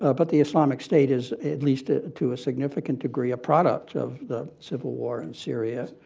ah but the islamic states is, at least to a significant degree, a product of the civil war in syria.